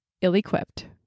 ill-equipped